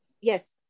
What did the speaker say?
yes